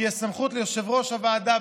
תהיה סמכות ליושב-ראש הוועדה,